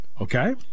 okay